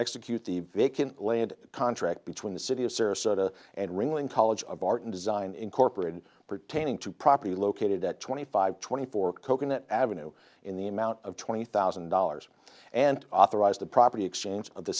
execute the vacant land contract between the city of sarasota and ringling college of art and design incorporated pertaining to property located at twenty five twenty four coconut avenue in the amount of twenty thousand dollars and authorized the property exchange of the